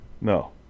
No